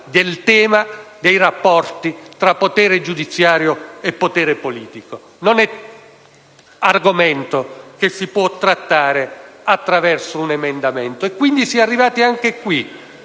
del tema dei rapporti tra potere giudiziario e potere politico. Non è argomento che si può trattare attraverso un emendamento. Anche in questo caso,